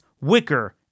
Wicker